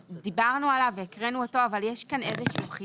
דיברנו עליו והקראנו אותו, אבל יש כאן חידוד.